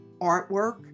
artwork